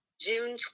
June